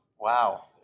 Wow